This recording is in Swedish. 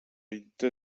inte